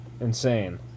insane